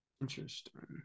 Interesting